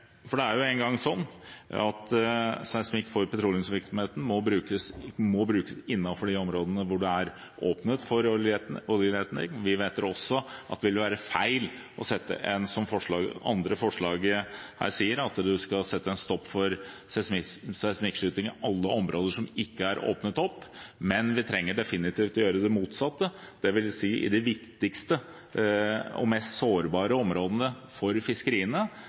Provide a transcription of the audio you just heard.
områder. Det er jo engang sånn at seismikk for petroleumsvirksomheten må brukes innenfor de områdene hvor det er åpnet for oljeleting. Vi mener også at det vil være feil å gjøre det som ligger i det andre forslaget, å sette en stopper for seismikkskyting i alle områder som ikke er åpnet opp. Men vi trenger definitivt å gjøre det motsatte, dvs. i de viktigste og mest sårbare områdene for fiskeriene